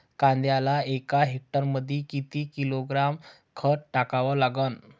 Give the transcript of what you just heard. कांद्याले एका हेक्टरमंदी किती किलोग्रॅम खत टाकावं लागन?